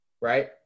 right